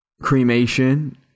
cremation